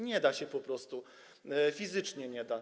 Nie da się po prostu, fizycznie się nie da.